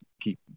keep